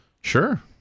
Sure